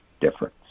difference